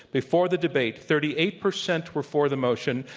before the debate, thirty eight percent were for the motion,